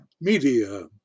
media